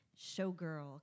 showgirl